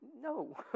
No